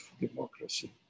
democracy